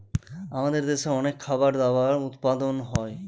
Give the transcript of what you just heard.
আমাদের দেশে অনেক খাবার দাবার উপাদান হয়